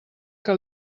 que